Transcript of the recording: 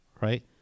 right